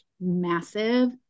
massive